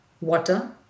water